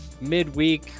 midweek